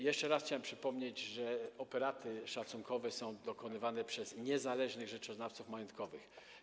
Jeszcze raz chciałem przypomnieć, że operaty szacunkowe są dokonywane przez niezależnych rzeczoznawców majątkowych.